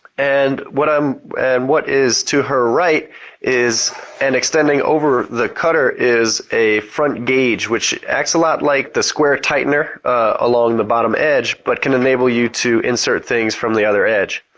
and what um what is to her right and extending over the cutter is a front gage which acts a lot like the square tightener along the bottom edge but can enable you to insert things from the other edge.